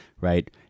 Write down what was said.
right